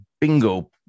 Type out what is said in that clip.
bingo